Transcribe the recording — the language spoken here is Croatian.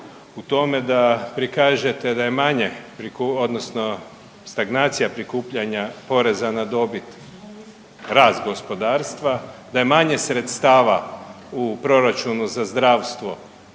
u tome da prikažete da je manje odnosno stagnacija prikupljanja poreza na dobit rast gospodarstva, da je manje sredstava u proračunu za zdravstvo